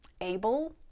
able